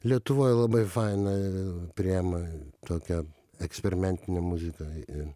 lietuvoj labai fainai priėma tokią eksperimentinę muziką i